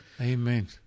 Amen